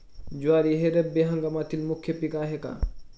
ज्वारी हे रब्बी हंगामातील मुख्य पीक आहे का?